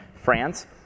France